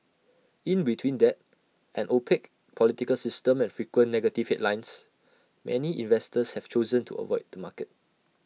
in between debt an opaque political system and frequent negative headlines many investors have chosen to avoid the market